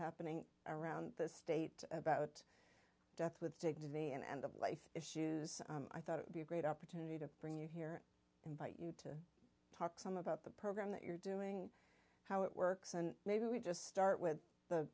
happening around the state about death with dignity and end of life issues i thought it would be a great opportunity to bring you here invite you to talk some about the program that you're doing how it works and maybe we just start with the